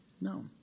No